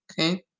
Okay